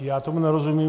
Já tomu nerozumím.